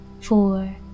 four